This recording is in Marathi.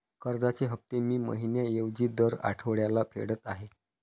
कर्जाचे हफ्ते मी महिन्या ऐवजी दर आठवड्याला फेडत आहे